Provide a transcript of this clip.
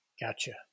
Gotcha